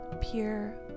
pure